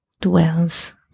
dwells